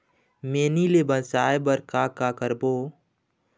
मैनी ले बचाए बर का का करबो?